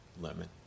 lemon